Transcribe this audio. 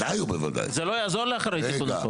זה לא יעזור אחרי תיקון החוק